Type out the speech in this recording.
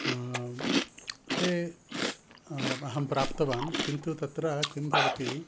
ते अहं प्राप्तवान् किन्तु तत्र किं भवति